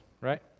right